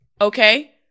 Okay